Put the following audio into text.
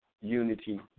unity